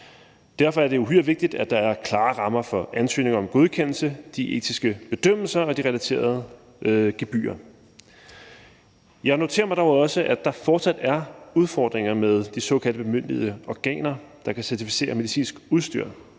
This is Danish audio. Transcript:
Derfor er det uhyre vigtigt, at der er klare rammer for ansøgninger om godkendelse, de etiske bedømmelser og de relaterede gebyrer. Jeg noterer mig dog også, at der fortsat er udfordringer med de såkaldt bemyndigede organer, der kan certificere medicinsk udstyr.